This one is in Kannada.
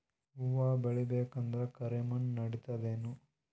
ಹುವ ಬೇಳಿ ಬೇಕಂದ್ರ ಕರಿಮಣ್ ನಡಿತದೇನು?